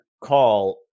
call